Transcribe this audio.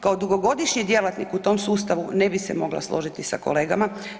Kao dugogodišnji djelatnik u tom sustavu ne bi se mogla složiti sa kolegama.